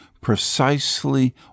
precisely